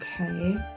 Okay